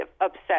upset